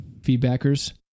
feedbackers